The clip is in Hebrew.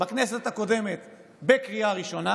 בכנסת הקודמת בקריאה ראשונה,